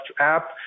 app